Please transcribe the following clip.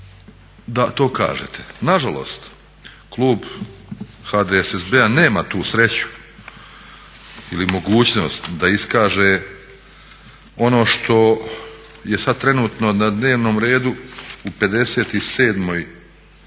da to kažete. Nažalost klub HDSSB-a nema tu sreću ili mogućnost da iskaže ono što je sad trenutno na dnevnom redu u 57. točki